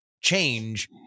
change